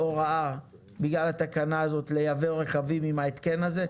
הוראה בגלל התקנה הזאת לייבא רכבים עם ההתקן הזה?